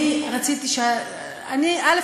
אני רציתי, א.